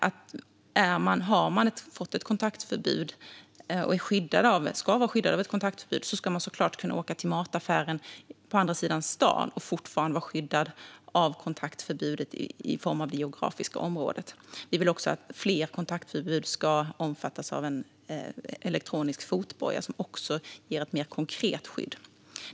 Om man har fått ett kontaktförbud och ska vara skyddad av ett sådant ska man såklart kunna åka till mataffären på andra sidan staden och fortfarande vara skyddad av kontaktförbudet i form av det geografiska området. Vi vill också att fler kontaktförbud ska omfattas av elektronisk fotboja, som även ger ett mer konkret skydd.